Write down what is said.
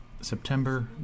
September